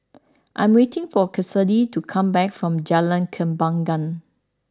I am waiting for Kassidy to come back from Jalan Kembangan